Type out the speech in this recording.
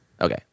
Okay